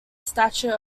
statute